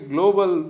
Global